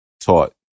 taught